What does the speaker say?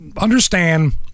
Understand